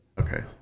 Okay